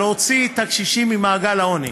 להוציא את הקשישים ממעגל העוני,